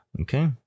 Okay